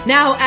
Now